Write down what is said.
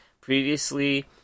Previously